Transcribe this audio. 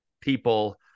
people